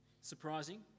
Surprising